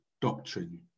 doctrine